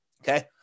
Okay